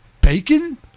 bacon